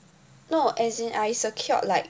no as in I secured like